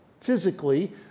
physically